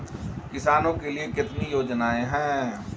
किसानों के लिए कितनी योजनाएं हैं?